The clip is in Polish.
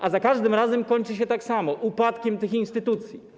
A za każdym razem kończy się tak samo - upadkiem tych instytucji.